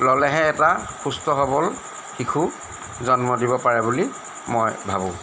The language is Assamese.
ল'লেহে এটা সুস্থ সবল শিশু জন্ম দিব পাৰে বুলি মই ভাবোঁ